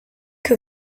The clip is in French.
que